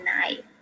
night